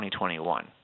2021